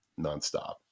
nonstop